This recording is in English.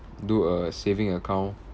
do a saving account